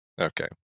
Okay